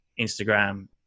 instagram